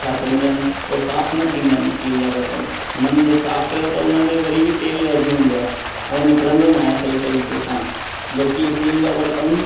छा चवंदा आहिनि हो साफ़ु न थींदा आहिनि स्टील जा बर्तन उन्हनि खे साफ़ु कयो त उन्हनि में वरी बि तेलु रहिजी वेंदो आहे हो निकिरंदो न आहे सही तरीक़े सां जबकी स्टील जा बर्तन